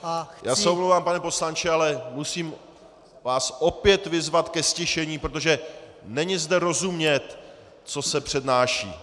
Já se omlouvám, pane poslanče, ale musím vás opět vyzvat ke ztišení, protože není zde rozumět, co se přednáší.